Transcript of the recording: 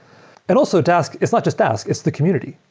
and also dask, it's not just dask, it's the community.